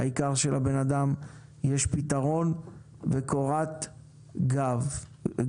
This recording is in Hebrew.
העיקר שלבן אדם יש פתרון וקורת גג.